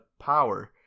power